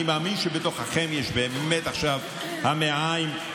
אני מאמין שבתוככם עכשיו המעיים,